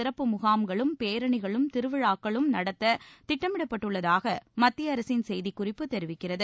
சிறப்பு முகாம்களும் பேரணிகளும் திருவிழாக்களும் நடத்த திட்டமிடப்பட்டுள்ளதாக மத்திய அரசின் செய்திக்குறிப்பு தெரிவிக்கிறது